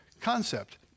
concept